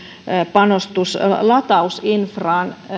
panostus latausinfraan